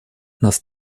нас